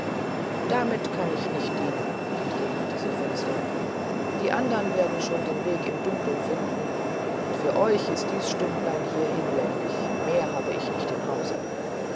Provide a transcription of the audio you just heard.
damit kann ich nicht dienen entgegnete sie finster die andern werden schon den weg im dunkeln finden und für euch ist dies stümpchen hier hinlänglich mehr habe ich nicht im hause